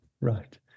Right